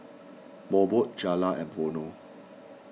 Mobot Zalia and Vono